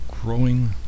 growing